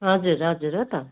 हजुर हजुर हो त